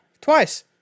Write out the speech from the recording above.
twice